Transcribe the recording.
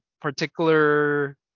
particular